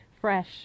fresh